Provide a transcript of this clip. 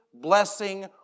blessing